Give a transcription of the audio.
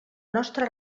nostra